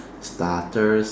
starters